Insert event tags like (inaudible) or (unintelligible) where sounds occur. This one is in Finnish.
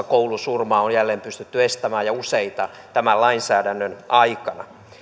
(unintelligible) koulusurma on jälleen pystytty estämään ja useita tämän lainsäädännön aikana